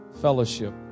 fellowship